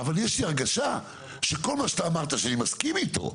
אבל יש לי הרגשה שכל מה שאתה אמרת שאני מסכים איתו,